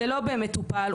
זה לא באמת טופל.